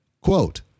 Quote